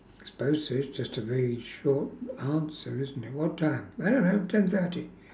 I suppose it's just a very short answer isn't it what time I don't know ten thirty